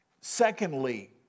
Secondly